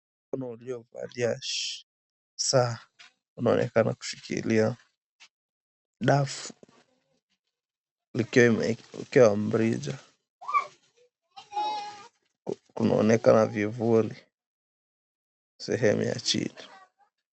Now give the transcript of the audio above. Mkono uliovalia saa unaonekana kushikilia dafu ukiwa na mrija. Kunaonekana vivuli sehemu ya chini.